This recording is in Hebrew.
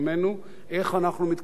איך אנחנו מתכוונים להיערך?